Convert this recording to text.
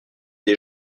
des